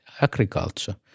agriculture